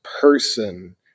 person